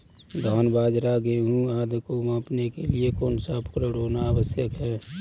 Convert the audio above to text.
धान बाजरा गेहूँ आदि को मापने के लिए कौन सा उपकरण होना आवश्यक है?